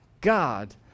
God